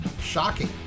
shocking